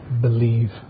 Believe